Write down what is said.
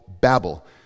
Babel